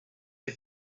the